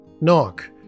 Knock